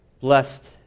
Blessed